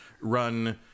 run